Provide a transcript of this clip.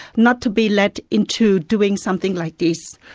not to be led into doing something like this.